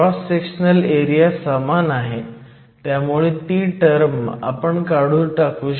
cross sectional area समान आहे त्यामुळे ती टर्म काढून टाकू